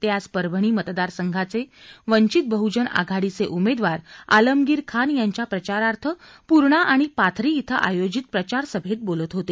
ते आज परभणी मतदारसंघाचे वंचित बहुजन आघाडीचे उमेदवार आलमगीर खान यांच्या प्रचारार्थ पूर्णा आणि पाथरी इथं आयोजित प्रचारसभेत बोलत होते